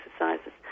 exercises